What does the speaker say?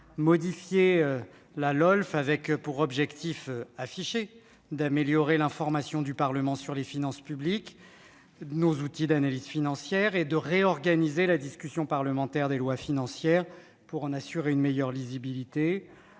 modifier la LOLF, avec pour objectif affiché d'améliorer l'information du Parlement sur les finances publiques, nos outils d'analyse, et de réorganiser la discussion parlementaire de nos lois financières pour en assurer une meilleure lisibilité.